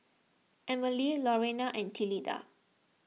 Emily Lorrayne and Tilda